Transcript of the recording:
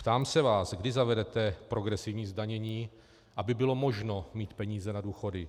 Ptám se vás, kdy zavedete progresivní zdanění, aby bylo možno mít peníze na důchody.